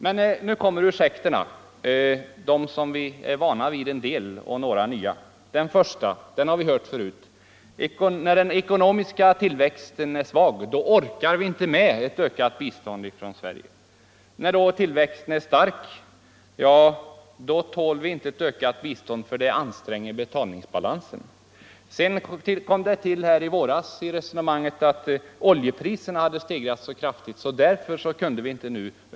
Men nu kommer ursäkterna från olika håll — en del av dem som vi är vana vid och några nya. Den första har vi hört förut: När den ekonomiska tillväxten är svag, då orkar vi inte med att ge ett ökat bistånd från Sverige. Och när tillväxten är stark, då tål vi inte ett ökat bistånd på grund av att det anstränger betalningsbalansen. Sedan kom det i våras in i resonemanget att oljepriserna hade stegrats så kraftigt att vi därför inte kunde öka vår u-hjälp.